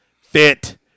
fit